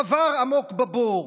קבר עמוק בבור.